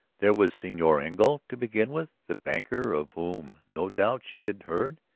there was senor engle, to begin with. the banker of whom no doubt she had heard?